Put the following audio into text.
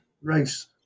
race